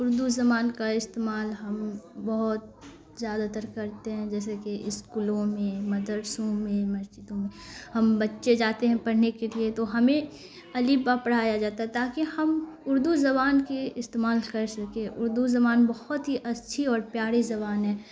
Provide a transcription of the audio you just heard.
اردو زبان کا استعمال ہم بہت زیادہ تر کرتے ہیں جیسے کہ اسکولوں میں مدرسوں میں مسجدوں میں ہم بچے جاتے ہیں پڑھنے کے لیے تو ہمیں الف با پڑھایا جاتا ہے تاکہ ہم اردو زبان کے استعمال کر سکیں اردو زبان بہت ہی اچھی اور پیاری زبان ہے